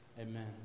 Amen